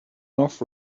off